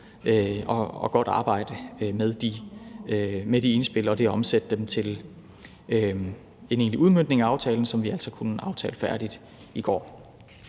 og godt arbejde med de indspil og har omsat dem til en egentlig udmøntning af aftalen, som vi altså kunne aftale færdig i går.